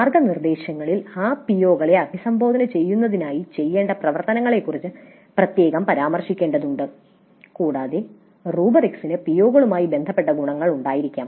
മാർഗ്ഗനിർദ്ദേശങ്ങളിൽ ആ പിഒകളെ അഭിസംബോധന ചെയ്യുന്നതിനായി ചെയ്യേണ്ട പ്രവർത്തനങ്ങളെക്കുറിച്ച് പ്രത്യേകം പരാമർശിക്കേണ്ടതുണ്ട് കൂടാതെ റുബ്രിക്സിന് ആ പിഒകളുമായി ബന്ധപ്പെട്ട ഗുണങ്ങൾ ഉണ്ടായിരിക്കണം